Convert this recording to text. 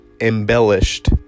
embellished